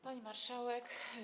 Pani Marszałek!